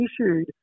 issued